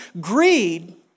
greed